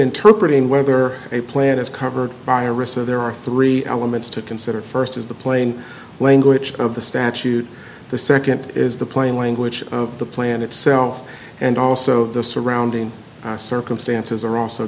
interpreted in whether a plant is covered by a reserve there are three elements to consider the first is the plain language of the statute the second is the plain language of the plan itself and also the surrounding circumstances are a